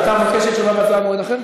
אז אתה מבקש תשובה והצבעה במועד אחר?